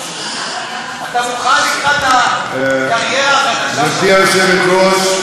אתה מוכן לקראת הקריירה החדשה שלך?